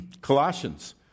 Colossians